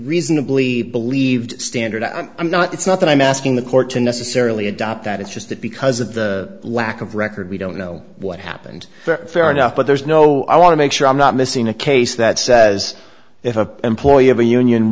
reasonably believed standard i'm i'm not it's not that i'm asking the court to necessarily adopt that it's just that because of the lack of record we don't know what happened fair enough but there's no i want to make sure i'm not missing a case that says if a employe